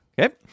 Okay